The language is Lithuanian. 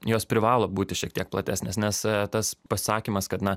jos privalo būti šiek tiek platesnės nes tas pasakymas kad na